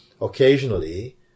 Occasionally